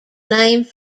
named